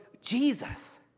Jesus